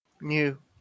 New